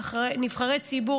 כנבחרי ציבור,